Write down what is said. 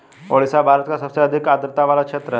ओडिशा भारत का सबसे अधिक आद्रता वाला क्षेत्र है